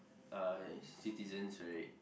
uh citizens right